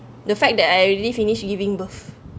the fact that I really finished giving birth